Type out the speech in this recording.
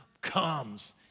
comes